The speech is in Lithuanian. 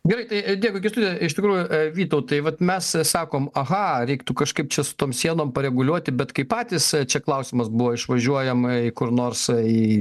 gerai tai dėkui kęstuti iš tikrųjų vytautai vat mes sakom aha reiktų kažkaip čia su tom sienom pareguliuoti bet kai patys čia klausimas buvo išvažiuojam į kur nors į